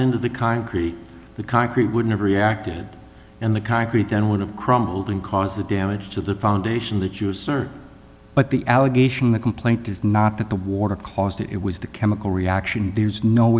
into the concrete the concrete would never reacted and the concrete then would have crumbled and cause the damage to the foundation that you assert but the allegation in the complaint is not that the water caused it it was the chemical reaction there's no